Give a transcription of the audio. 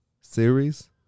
series